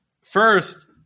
First